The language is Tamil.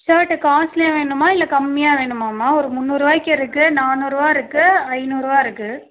ஷேர்ட்டு காஸ்ட்லியாக வேணுமா இல்லை கம்மியாக வேணுமாம்மா ஒரு முன்னூறுரூவாய்க்கு இருக்கு நானூறுரூவா இருக்கு ஐநூறுரூவா இருக்கு